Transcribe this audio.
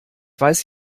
weiß